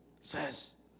says